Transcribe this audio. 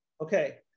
Okay